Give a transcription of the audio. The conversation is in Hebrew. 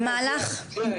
במהלך --- שנייה,